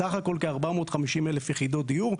סך הכול כ-450,000 יחידות דיור.